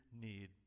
need